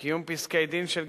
(קיום פסקי-דין של גירושין)